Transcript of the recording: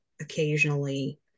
occasionally